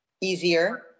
easier